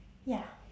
ya